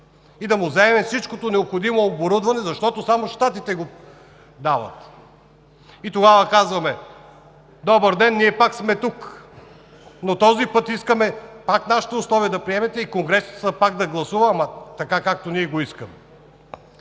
и да му вземем всичкото необходимо оборудване, защото само Щатите го дават. Тогава казваме: добър ден, ние пак сме тук! Но този път искаме да приемете пак нашите условия и Конгресът пак да гласува, ама така, както ние го искаме.